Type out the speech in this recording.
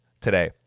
today